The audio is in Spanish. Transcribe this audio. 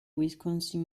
wisconsin